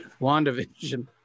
WandaVision